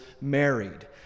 married